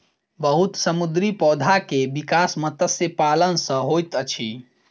बहुत समुद्री पौधा के विकास मत्स्य पालन सॅ होइत अछि